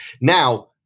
Now